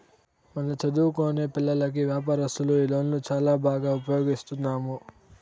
మన చదువుకొనే పిల్లోల్లకి వ్యాపారస్తులు ఈ లోన్లు చాలా బాగా ఉపయోగిస్తున్నాము